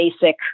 basic